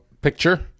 picture